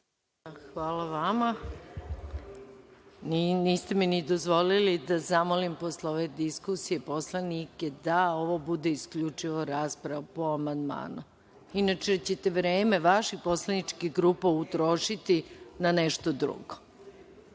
Hvala vama. Niste mi ni dozvolili da zamolim posle ove diskusije poslanike da ovo bude isključivo rasprava po amandmanima, inače ćete vreme vaših poslaničkih grupa utrošiti na nešto drugo.